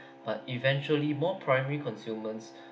but eventually more primary consumers